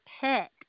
pet